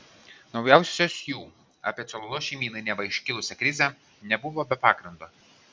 naujausios jų apie cololo šeimynai neva iškilusią krizę nebuvo be pagrindo